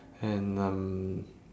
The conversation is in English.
and um